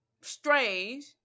strange